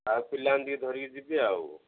ଆଉ ପିଲାଙ୍କୁ ଟିକେ ଧରିକି ଯିବି ଆଉ